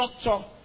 structure